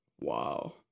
wow